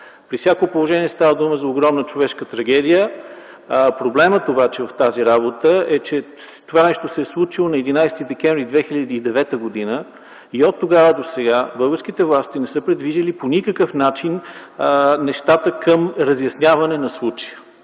При всяко положение става дума за огромна човешка трагедия. Проблемът обаче в тази работа е, че това се е случило на 11 декември 2009 г. Оттогава досега българските власти не са придвижили по никакъв начин нещата към разясняване на случая.